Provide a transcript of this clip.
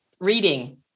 Reading